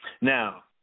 Now